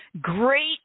great